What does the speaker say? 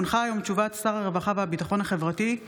הונחה היום הודעת שר הרווחה והביטחון החברתי על